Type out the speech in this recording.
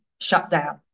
shutdown